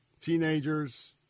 teenagers